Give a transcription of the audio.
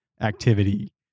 activity